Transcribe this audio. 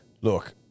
Look